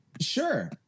Sure